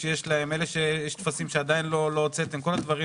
יש טפסים שעדיין לא הוצאתם וכו'.